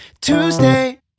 Tuesday